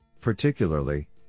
Particularly